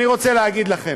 אני רוצה להגיד לכם,